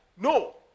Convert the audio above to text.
No